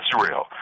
Israel